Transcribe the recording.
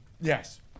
Yes